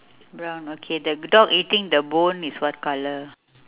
brown okay the dog eating the bone is what colour